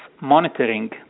monitoring